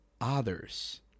others